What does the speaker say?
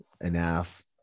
enough